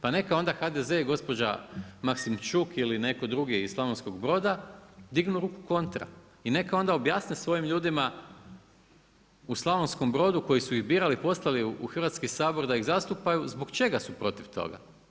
Pa neka onda HDZ i gospođa Maksimčuk ili netko drugi iz Slavonskog Broda dignu ruku kontra i neka onda objasne svojim ljudima u Slavonskom Brodu koji su ih birali, poslali u Hrvatski sabor da ih zastupaju zbog čega su protiv toga?